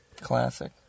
Classic